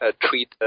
treat